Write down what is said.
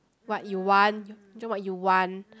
what you want join what you want